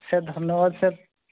sir ধন্যবাদ sir